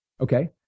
Okay